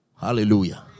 Hallelujah